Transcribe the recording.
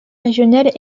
régionale